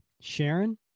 Sharon